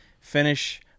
Finish